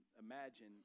imagine